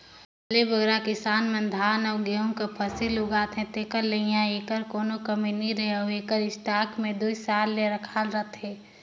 सबले बगरा किसान मन धान अउ गहूँ कर फसिल उगाथें तेकर ले इहां एकर कोनो कमी नी रहें अउ एकर स्टॉक हर दुई साल ले रखाल रहथे